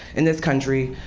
in this country,